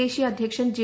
ദേശീയ അ്ധ്യക്ഷൻ ജെ